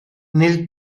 nel